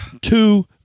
two